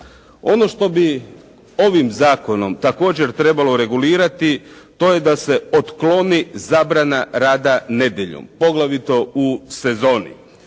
Ono što bih ovim zakonom također trebalo regulirati to je da se otkloni zabrana rada nedjeljom poglavito u sezoni.